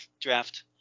draft